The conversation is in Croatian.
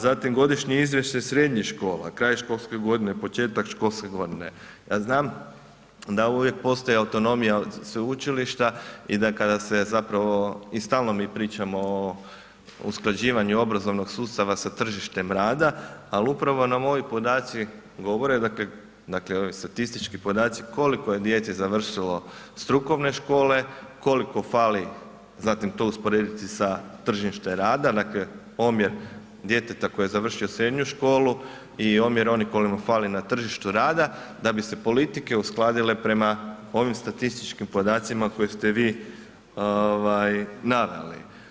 Zatim godišnje izvješće srednjih škola, kraj školske godine, početak školske godine, ja znam da uvijek postoji autonomija od sveučilišta i da kada se zapravo i stalno mi pričamo o usklađivanju obrazovnog sustava sa tržištem rada, ali upravo nam ovi podaci govore dakle, dakle ovi statistički podaci koliko je djece završilo strukovne škole, koliko fali zatim to usporediti sa tržištem rada, dakle omjer djeteta koji je završio srednju školu i omjer onih koji mu fali na tržištu rada da bi se politike uskladile prema ovim statističkim podacima koje ste vi ovaj naveli.